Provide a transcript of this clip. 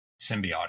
symbiotic